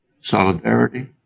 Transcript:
Solidarity